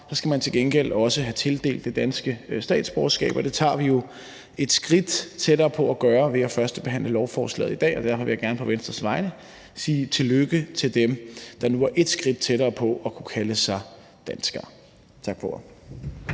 skal man til gengæld også have tildelt det danske statsborgerskab. Det tager vi jo et skridt nærmere at gøre ved at førstebehandle lovforslaget i dag, og derfor vil jeg gerne på Venstres vegne sige tillykke til dem, der nu er ét skridt tættere på at kunne kalde sig danskere. Tak for